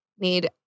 need